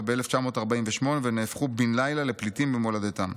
ב-1948 ונהפכו בן לילה לפליטים במולדתם.